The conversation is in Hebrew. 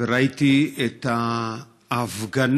וראיתי את ההפגנות.